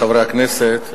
חברי הכנסת,